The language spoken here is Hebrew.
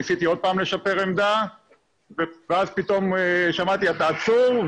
ניסיתי עוד פעם לשפר עמדה ואז פתאום שמעתי אתה עצור,